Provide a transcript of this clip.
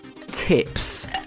tips